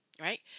right